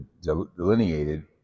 delineated